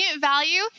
value